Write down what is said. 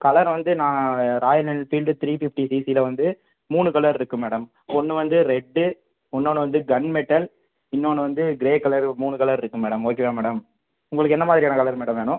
colour வந்து நான் Royal Enfield three fifty சிசியில் வந்து மூணு கலர் இருக்குது மேடம் ஒன்று வந்து ரெட்டு இன்னொன்று வந்து கன்மெட்டல் இன்னொன்று வந்து க்ரே கலர் மூணு கலர் இருக்குது மேடம் ஓகேவா மேடம் உங்களுக்கு என்ன மாதிரியான கலர் மேடம் வேணும்